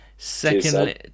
Secondly